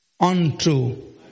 untrue